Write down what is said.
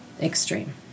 extreme